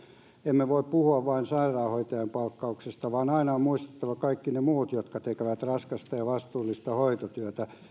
emme voi puhua vain sairaanhoitajan palkkauksesta vaan aina on muistettava kaikki ne muut jotka tekevät raskasta ja vastuullista hoitotyötä